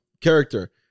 Character